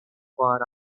for